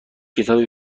کتابی